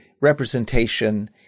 representation